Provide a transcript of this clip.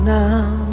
now